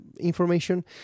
information